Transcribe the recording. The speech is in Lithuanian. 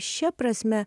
šia prasme